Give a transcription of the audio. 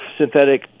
synthetic